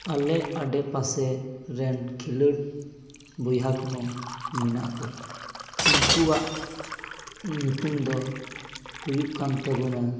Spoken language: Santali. ᱟᱞᱮ ᱟᱰᱮ ᱯᱟᱥᱮ ᱨᱮᱱ ᱠᱷᱮᱞᱳᱰ ᱵᱚᱭᱦᱟ ᱠᱚᱦᱚᱸ ᱢᱮᱱᱟᱜ ᱠᱚᱣᱟ ᱩᱱᱠᱩᱣᱟᱜ ᱧᱩᱛᱩᱢ ᱫᱚ ᱦᱩᱭᱩᱜ ᱠᱟᱱ ᱛᱟᱠᱚᱣᱟ